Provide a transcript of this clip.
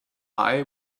eye